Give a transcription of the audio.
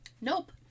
Nope